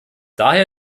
daher